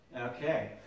Okay